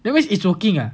that means it's working ah